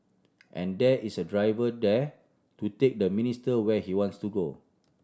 and there is a driver there to take the minister where he wants to go